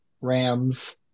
Rams